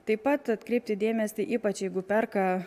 taip pat atkreipti dėmesį ypač jeigu perka